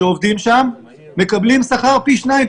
שעובדים שם מקבלים שכר פי שניים,